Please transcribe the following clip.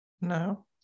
no